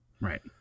Right